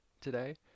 today